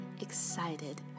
excited